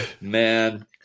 man